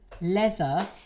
leather